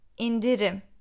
Indirim